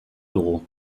dugu